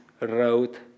wrote